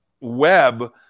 web